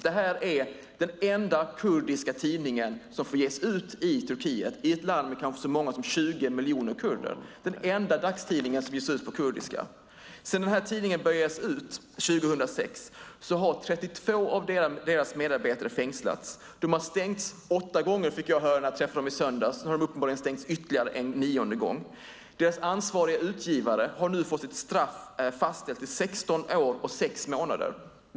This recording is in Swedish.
Det är den enda kurdiska tidning som får ges ut i Turkiet, i ett land med kanske så många som 20 miljoner kurder. Det är den enda dagstidning som ges ut på kurdiska. Sedan tidningen började ges ut 2006 har 32 av dess medarbetare fängslats. Den har stängts åtta gånger, fick jag höra när jag träffade dem i söndags; nu har den uppenbarligen stängts en nionde gång. Dess ansvarige utgivare har nu fått sitt straff fastställt till 16 år och 6 månader.